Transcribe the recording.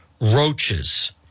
roaches